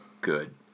good